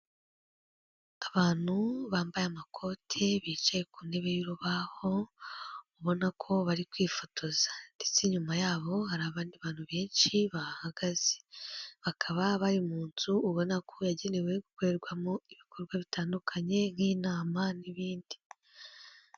Abantu bambaye amakoti bicaye ku ntebe y'urubaho, ubona ko bari kwifotoza ndetse inyuma yabo hari abandi bantu benshi bahagaze, bakaba bari mu nzu ubona ko yagenewe gukorerwamo ibikorwa bitandukanye, nk'inama n'ibindi.